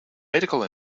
medical